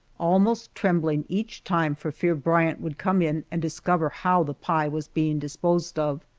almost trembling each time for fear bryant would come in and discover how the pie was being disposed of.